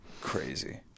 Crazy